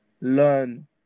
learn